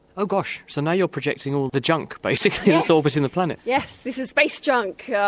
oh gosh! so now you're projecting all the junk basically that's orbiting the planet. yes. this is space junk,